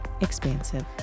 expansive